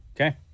Okay